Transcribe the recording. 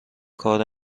کار